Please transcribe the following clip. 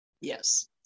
yes